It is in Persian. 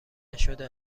نشده